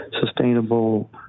sustainable